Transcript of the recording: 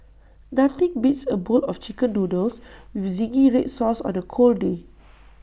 nothing beats A bowl of Chicken Noodles with Zingy Red Sauce on A cold day